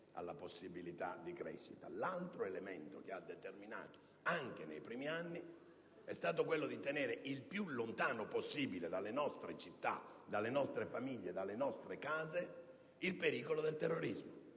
alla possibilità di crescita. L'altro elemento determinante, anche nei primi anni, è stato quello di tenere il più lontano possibile dalle nostre città, dalle nostre famiglie, dalle nostre case, il pericolo del terrorismo: